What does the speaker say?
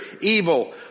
evil